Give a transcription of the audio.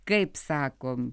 kaip sakom